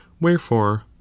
wherefore